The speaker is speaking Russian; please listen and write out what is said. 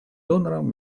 донором